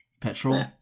Petrol